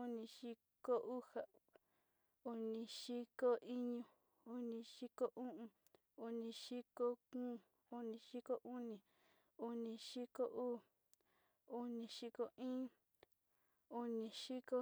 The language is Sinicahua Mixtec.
Onidiko uxa, onidiko iño, onidiko o'on, unidiko kóo, onidiko oni, onidiko uu, onidiko iin, onidiko